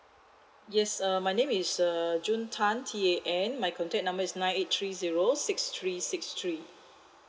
yes uh my name is err june tan T A N my contact number is nine eight three zero six three six three